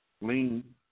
lean